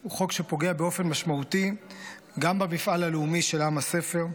הוא חוק שפוגע באופן משמעותי גם במפעל הלאומי של עם הספר.